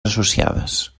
associades